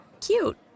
cute